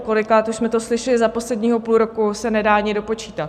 Kolikrát už jsme to slyšeli za posledního půl roku se nedá ani dopočítat.